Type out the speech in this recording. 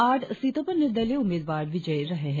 आठ सीटों पर निर्दलीय उम्मीदवार विजयी रहे हैं